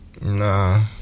Nah